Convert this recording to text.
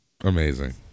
Amazing